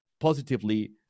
positively